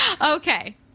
Okay